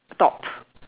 top